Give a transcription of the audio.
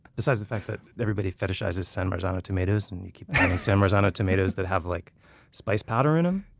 besides the fact that everybody fetishizes san marzano tomatoes! and you keep finding san marzano tomatoes that have like spice powder in them.